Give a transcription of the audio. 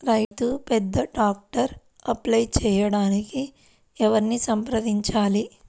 రైతు పెద్ద ట్రాక్టర్కు అప్లై చేయడానికి ఎవరిని సంప్రదించాలి?